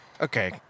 okay